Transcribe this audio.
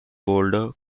boulder